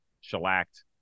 shellacked